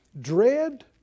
dread